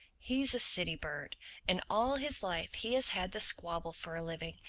he's a city bird and all his life he has had to squabble for a living.